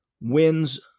wins